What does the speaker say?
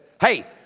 Hey